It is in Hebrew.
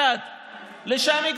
נאמנות, אזרחות", קמפיין שלם.